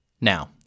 Now